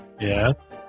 Yes